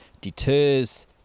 deters